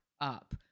up